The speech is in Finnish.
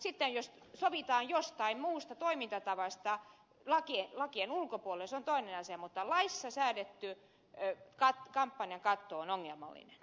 sitten jos sovitaan jostain muusta toimintatavasta lakien ulkopuolella se on toinen asia mutta laissa säädetty kampanjakatto on ongelmallinen